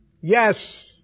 Yes